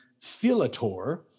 philator